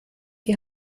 die